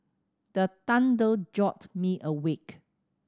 the thunder jolt me awake